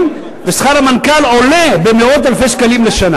ושכר המנכ"ל עולה במאות אלפי שקלים לשנה.